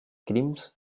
crims